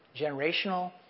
Generational